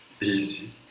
easy